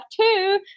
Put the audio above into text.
two